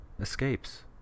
escapes